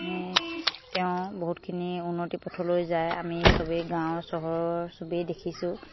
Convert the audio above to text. তেওঁ বহুতখিনি উন্নতি পথলৈ যায় আমি চবেই গাঁৱৰ চহৰৰ চবেই দেখিছোঁ